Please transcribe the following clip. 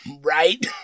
Right